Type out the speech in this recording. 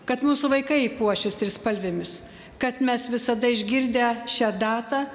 kad mūsų vaikai puošis trispalvėmis kad mes visada išgirdę šią datą